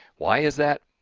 why is that?